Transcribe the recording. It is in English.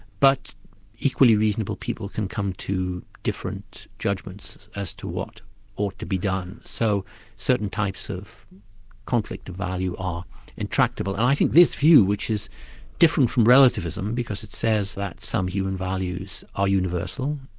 but equally reasonable people can come to different judgments as to what ought to be done, so certain types of conflict of value are intractable. and i think this view which is different from relativism, because it says that some human values are universal,